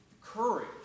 courage